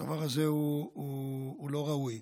הדבר הזה הוא לא ראוי,